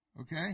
Okay